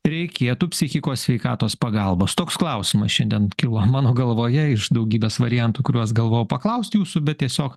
reikėtų psichikos sveikatos pagalbos toks klausimas šiandien kilo mano galvoje iš daugybės variantų kuriuos galvojau paklaust jūsų bet tiesiog